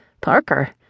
parker